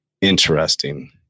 interesting